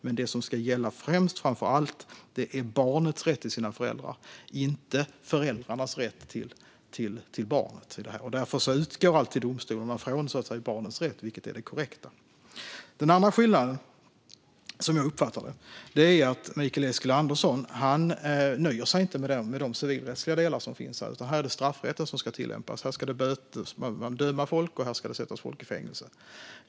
Men det som framför allt ska gälla är barnets rätt till sina föräldrar, inte föräldrarnas rätt till barnet. Därför utgår domstolarna alltid från barnets rätt, vilket är det korrekta. Den andra skillnaden som jag uppfattar är att Mikael Eskilandersson inte nöjer sig med de civilrättsliga delar som finns i fråga om detta, utan här är det straffrätten som ska tillämpas. Man ska döma folk och sätta folk i fängelse.